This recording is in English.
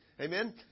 Amen